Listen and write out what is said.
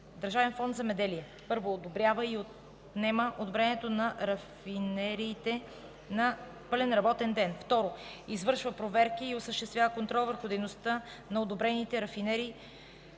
Държавен фонд „Земеделие”: 1. одобрява и отнема одобрението на рафинериите на пълен работен ден; 2. извършва проверки и осъществява контрол върху дейността на одобрените рафинерии